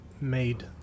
made